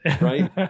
Right